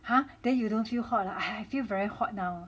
!huh! then you don't feel hot ah I feel very hot now